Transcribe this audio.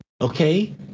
okay